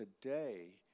today